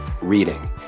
reading